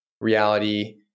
reality